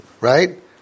right